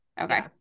Okay